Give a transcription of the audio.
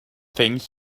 things